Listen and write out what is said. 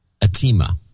Atima